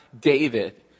David